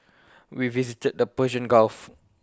we visited the Persian gulf